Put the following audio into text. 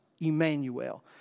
Emmanuel